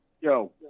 Yo